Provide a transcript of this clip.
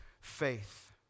faith